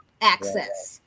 access